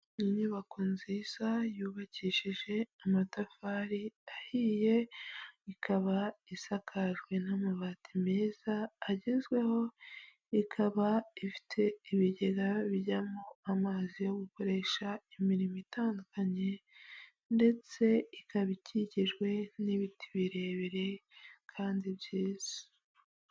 Ni nyubako nziza yubakishije amatafari ahiye, ikaba isakajwe n'amabati meza agezweho, ikaba ifite ibigega bijyamo amazi yo gukoresha imirimo itandukanye ndetse ikaba ikikijwe n'ibiti birebire kandi byiza.